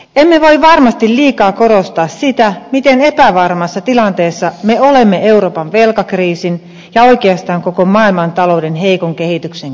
emme voi varmasti liikaa korostaa sitä miten epävarmassa tilanteessa me olemme euroopan velkakriisin ja oikeastaan koko maailmantalouden heikon kehityksen keskellä